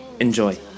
Enjoy